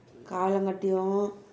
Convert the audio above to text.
காலை மாட்டியும்:kalai mattiyum